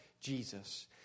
Jesus